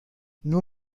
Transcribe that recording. nur